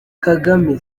kagame